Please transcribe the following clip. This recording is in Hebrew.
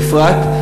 בפרט.